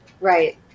Right